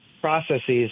processes